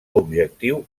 objectiu